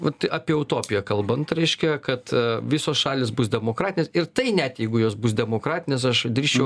vat apie utopiją kalbant reiškia kad visos šalys bus demokratinės ir tai net jeigu jos bus demokratinės aš drįsčiau